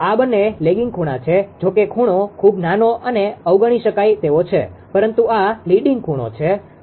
આ બંને લેગિંગ ખૂણા છે જો કે ખૂણો ખૂબ નાનો અને અવગણી શકાય તેવો છે પરંતુ આ લીડીંગ ખૂણો છે